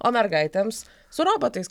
o mergaitėms su robotais